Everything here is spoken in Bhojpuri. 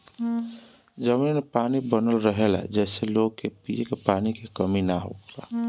जमीन में पानी बनल रहेला जेसे लोग के पिए के पानी के कमी ना होला